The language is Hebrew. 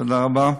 תודה רבה.